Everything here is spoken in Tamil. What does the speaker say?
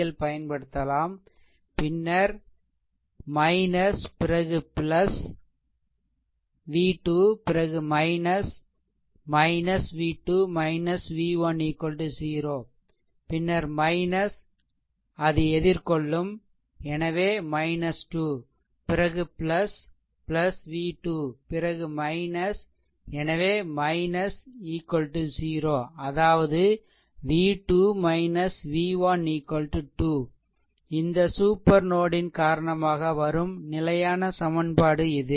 எல் பயன்படுத்தலாம் பின்னர் - பிறகு V2 பிறகு v2 v1 0 பின்னர் அது எதிர்கொள்ளும் எனவே 2 பிறகு v2 பிறகு - எனவே 0 அதாவது v2 v1 2 இந்த சூப்பர் நோட் யின் காரணமாக வரும் நிலையான சமன்பாடு இது